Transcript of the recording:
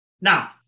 Now